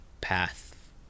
path